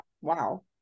wow